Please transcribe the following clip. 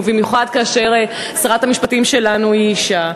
ובמיוחד כאשר שרת המשפטים שלנו היא אישה.